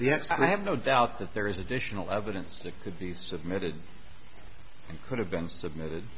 and i have no doubt that there is additional evidence that could be submitted and could have been submitted